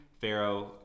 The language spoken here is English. Pharaoh